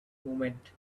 moment